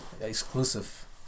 exclusive